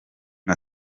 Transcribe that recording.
nka